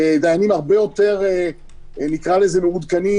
דיינים הרבה יותר נקרא לזה מעודכנים,